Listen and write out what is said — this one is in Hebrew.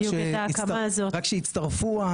רק שיצטרפו,